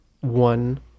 one